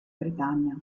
bretagna